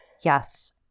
Yes